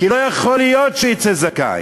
כי לא יכול להיות שהוא יצא זכאי.